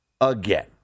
again